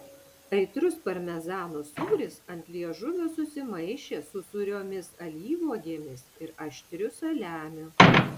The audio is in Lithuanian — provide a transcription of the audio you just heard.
aitrus parmezano sūris ant liežuvio susimaišė su sūriomis alyvuogėmis ir aštriu saliamiu